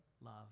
love